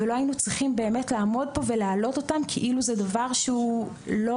לא היינו צריכים לעמוד פה ולהעלות אותם כאילו זה דבר שהוא לא